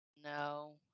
no